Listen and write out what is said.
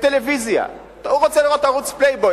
בטלוויזיה הוא רוצה לראות ערוץ Playboy,